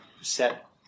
set